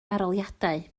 arholiadau